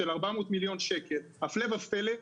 של 400 מיליון ₪ הפלא ופלא.